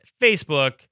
Facebook